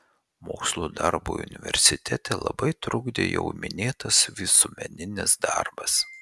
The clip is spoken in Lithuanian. mokslo darbui universitete labai trukdė jau minėtas visuomeninis darbas